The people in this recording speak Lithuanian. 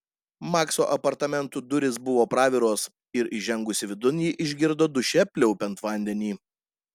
makso apartamentų durys buvo praviros ir įžengusi vidun ji išgirdo duše pliaupiant vandenį